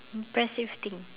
impressive thing